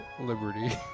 Liberty